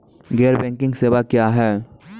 गैर बैंकिंग सेवा क्या हैं?